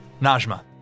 Najma